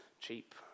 cheap